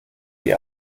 die